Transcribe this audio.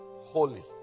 holy